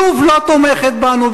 לוב לא תומכת בנו,